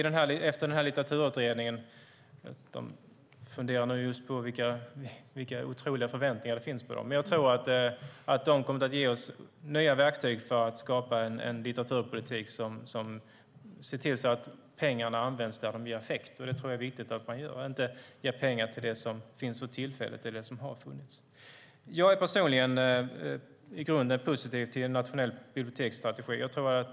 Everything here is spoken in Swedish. Det finns otroliga förväntningar på Litteraturutredningen. Jag tror att den kommer att ge oss nya verktyg för att skapa en litteraturpolitik som ser till att pengarna används där de ger effekt. Det är viktigt att göra. Pengar ska inte ges till det som finns eller har funnits för tillfället. Jag är i grunden positiv till en nationell biblioteksstrategi.